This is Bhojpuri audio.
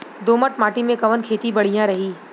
दोमट माटी में कवन खेती बढ़िया रही?